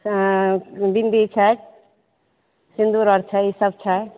हँ बिन्दी छै सिन्दूर आओर छै ई सभ छै